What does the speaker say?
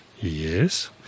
Yes